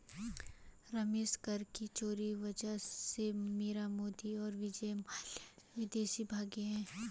रमेश कर के चोरी वजह से मीरा मोदी और विजय माल्या विदेश भागें हैं